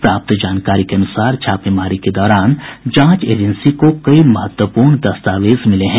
प्राप्त जानकारी के अनुसार छापेमारी के दौरान जांच एजेंसी को कई महत्वपूर्ण दस्तावेज मिले हैं